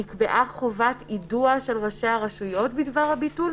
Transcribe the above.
נקבעה חובת יידוע של ראשי הרשויות בדבר הביטול?